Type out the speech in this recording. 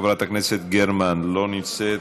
חברת הכנסת גרמן, אינה נוכחת,